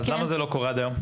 אז למה זה לא קורה עד היום?